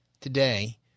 today